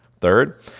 Third